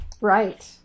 right